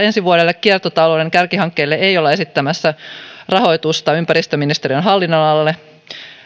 ensi vuodelle kiertotalouden kärkihankkeelle ei olla esittämässä rahoitusta ympäristöministeriön hallinnonalalle